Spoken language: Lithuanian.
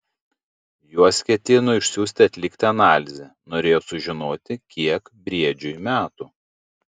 juos ketino išsiųsti atlikti analizę norėjo sužinoti kiek briedžiui metų